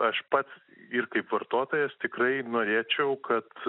aš pats ir kaip vartotojas tikrai norėčiau kad